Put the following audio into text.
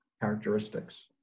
characteristics